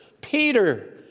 Peter